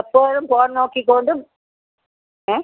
എപ്പോഴും ഫോൺ നോക്കിക്കോണ്ടും ഏഹ്